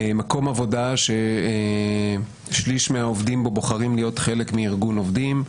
מקום עבודה ששליש מהעובדים בו בוחרים להיות חלק מארגון עובדים,